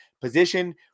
position